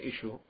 issue